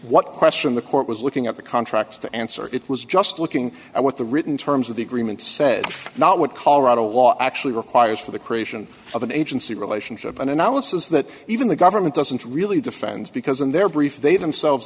what question the court was looking at the contracts to answer it was just looking at what the written terms of the agreement said not what colorado law actually requires for the creation of an agency relationship an analysis that even the government doesn't really defends because in their brief they themselves